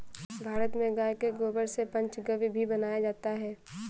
भारत में गाय के गोबर से पंचगव्य भी बनाया जाता है